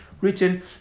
written